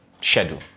schedule